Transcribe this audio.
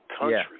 country